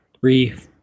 Three